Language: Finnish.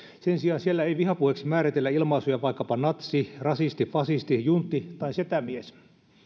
sen sijaan siellä ei vihapuheeksi määritellä vaikkapa ilmaisuja natsi rasisti fasisti juntti tai setämies